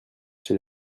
chez